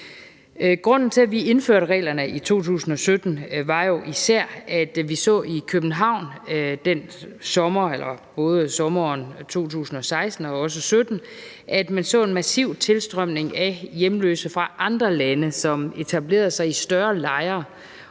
Grunden til, at vi indførte reglerne i 2017, var jo især, at vi både i sommeren 2016 og i 2017 i København så en massiv tilstrømning af hjemløse fra andre lande, som etablerede sig i større lejre,